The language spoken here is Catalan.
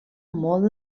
molt